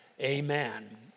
amen